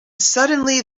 suddenly